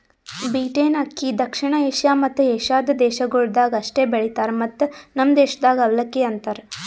beaten ಅಕ್ಕಿ ದಕ್ಷಿಣ Asia ಮತ್ತ ಏಷ್ಯಾದ ದೇಶಗೊಳ್ದಾಗ್ ಅಷ್ಟೆ ಬೆಳಿತಾರ್ ಮತ್ತ ನಮ್ ದೇಶದಾಗ್ ಅವಲಕ್ಕಿ ಅಂತರ್